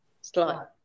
Slide